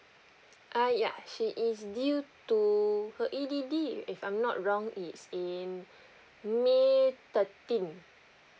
ah ya she is due to her E_D_D if I'm not wrong is in may thirteen